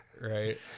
right